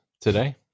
today